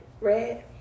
Red